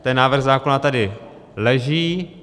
Ten návrh zákona tady leží.